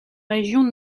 région